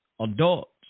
adults